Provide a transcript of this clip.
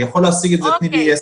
אני יכול להשיג את זה תוך 10 דקות.